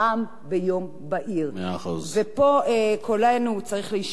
ופה קולנו צריך להישמע, אסור לנו לעבור לסדר-היום.